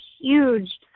huge